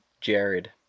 jared